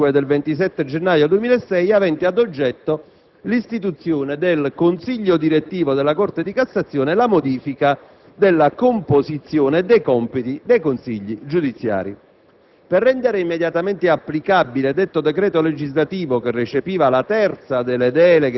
2007, n. 36, che interviene sul decreto legislativo 27 gennaio 2006, n. 25, avente ad oggetto l'istituzione del Consiglio direttivo della Corte di cassazione e la modifica della composizione e dei compiti dei Consigli giudiziari.